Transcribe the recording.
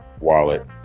wallet